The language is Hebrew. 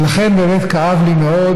ולכן, באמת, כאב לי מאוד